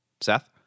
Seth